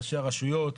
ראשי הרשויות.